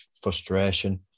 frustration